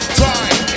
time